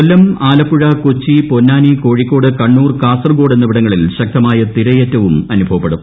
കൊല്ലം ആലപ്പുഴ കൊച്ചി പൊന്നാനി കോഴിക്കോട് കണ്ണൂർ കാസർകോട് എന്നിവിടങ്ങളിൽ ശക്തമായ തിരയേറ്റവും അനുഭവപ്പെടും